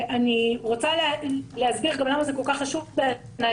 אני רוצה להסביר גם למה זה כל כך חשוב בעיניי.